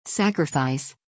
sacrifice